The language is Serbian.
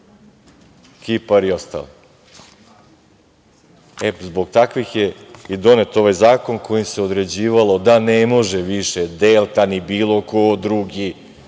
Kipar i ostalo. Zbog takvih je i donet ovaj zakon, kojim se određivalo da ne može više „Delta“ ni bilo ko drugi